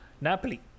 Napoli